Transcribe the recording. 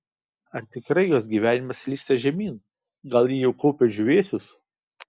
ar tikrai jos gyvenimas slysta žemyn gal ji jau kaupia džiūvėsius